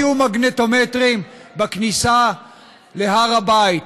לא יהיו מגנומטרים בכניסה להר הבית,